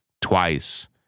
twice